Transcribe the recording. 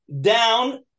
down